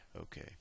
Okay